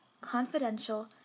confidential